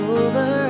over